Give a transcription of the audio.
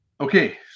okay